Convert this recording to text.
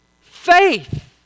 faith